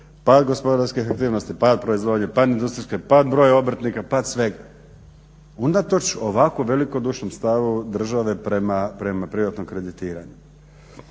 pad gospodarske aktivnosti, pad proizvodnje, pad industrijske, pad broja obrtnika, pad svega, unatoč ovako velikodušnom stavu države prema privatnom kreditiranju.